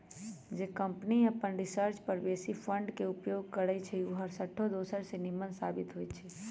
जे कंपनी अप्पन रिसर्च पर बेशी फंड के उपयोग करइ छइ उ हरसठ्ठो दोसर से निम्मन साबित होइ छइ